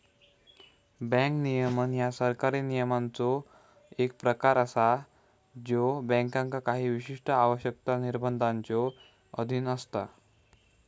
bank नियमन ह्या सरकारी नियमांचो एक प्रकार असा ज्यो बँकांका काही विशिष्ट आवश्यकता, निर्बंधांच्यो अधीन असता